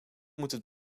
moeten